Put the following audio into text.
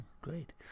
great